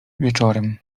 wieczorem